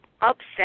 upset